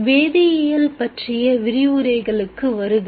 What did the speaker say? வேதியியல் பற்றிய விரிவுரைகளுக்கு வருக